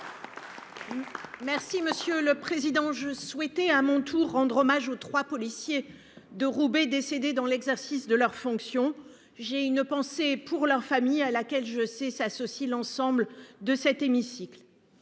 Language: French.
Merci, monsieur le Président, je souhaitais à mon tour, rendre hommage aux trois policiers de Roubaix, décédé dans l'exercice de leurs fonctions. J'ai une pensée pour la famille et à laquelle je sais s'associe l'ensemble de cet hémicycle.